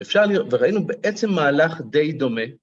אפשר לראות, וראינו בעצם מהלך די דומה.